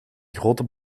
grote